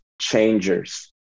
changers